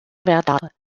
verdâtre